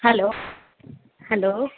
hello hello